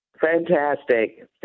Fantastic